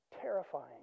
terrifying